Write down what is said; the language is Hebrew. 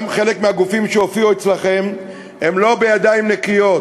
גם חלק מהגופים שהופיעו אצלכם לא באו בידיים נקיות.